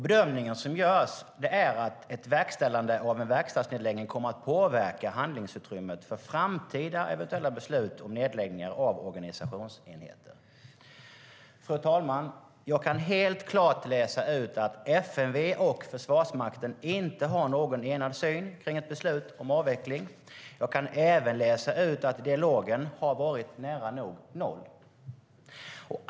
Bedömningen som görs är att ett verkställande av en verkstadsnedläggning kommer att påverka handlingsutrymmet för eventuella framtida beslut om nedläggningar av organisationsenheter. Fru talman! Jag kan helt klart läsa ut att FMV och Försvarsmakten inte har någon enad syn på ett beslut om avveckling. Jag kan även läsa ut att dialogen har legat nära noll.